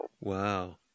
Wow